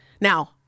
Now